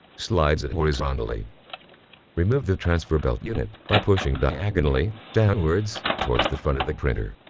slide it horizontally remove the transfer belt unit by pushing diagonally downwards towards the front of the printer